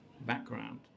background